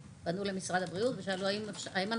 הם פנו למשרד הבריאות והם שאלו האם הם יכולים